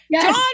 John